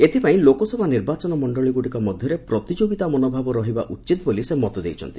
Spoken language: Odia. ଏଥିପାଇଁ ଲୋକସଭା ନିର୍ବାଚନମଣ୍ଡଳୀଗୁଡ଼ିକ ମଧ୍ୟରେ ପ୍ରତିଯୋଗିତା ମନୋଭାବ ରହିବା ଉଚିତ ବୋଲି ସେ ମତ ଦେଇଛନ୍ତି